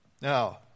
Now